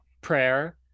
prayer